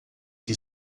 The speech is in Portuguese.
que